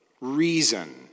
reason